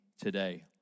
today